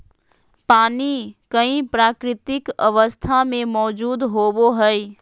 पानी कई प्राकृतिक अवस्था में मौजूद होबो हइ